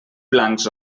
blancs